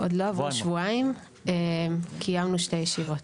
עוד לא עברו שבועיים, קיימנו שתי ישיבות.